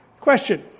Question